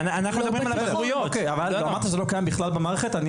אמרת שזה לא קיים בכלל במערכת.